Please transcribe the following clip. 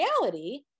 reality